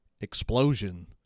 Explosion